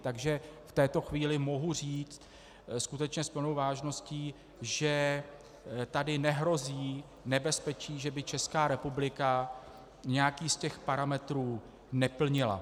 Takže v této chvíli mohu říct skutečně s plnou vážností, že tady nehrozí nebezpečí, že by Česká republika nějaký z těch parametrů neplnila.